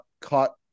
caught